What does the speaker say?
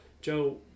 Joe